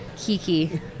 Kiki